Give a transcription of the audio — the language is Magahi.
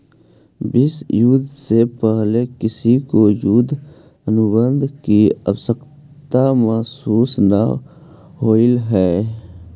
विश्व युद्ध से पहले किसी को युद्ध अनुबंध की आवश्यकता महसूस न होलई हल